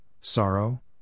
sorrow